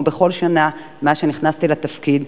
כמו בכל שנה מאז שנכנסתי לתפקיד,